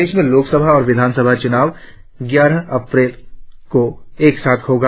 प्रदेश में लोकसभा और विधानसभा चुनाव ग्यारह अप्रैल को एक साथ होगा